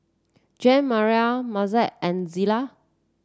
Jeanmarie Mazie and Zela